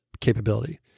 capability